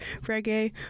reggae